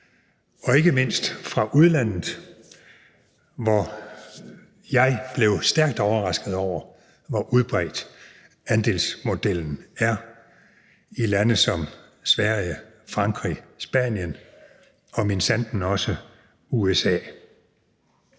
og ikke mindst fra udlandet, hvor jeg blev stærkt overrasket over, hvor udbredt andelsmodellen er i lande som Sverige, Frankrig, Spanien og minsandten også USA.